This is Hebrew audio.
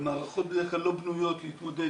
ומערכות בדרך כלל לא בנויות להתמודד